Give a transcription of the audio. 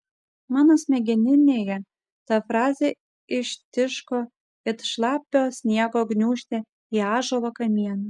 mano smegeninėje ta frazė ištiško it šlapio sniego gniūžtė į ąžuolo kamieną